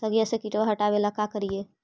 सगिया से किटवा हाटाबेला का कारिये?